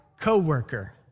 coworker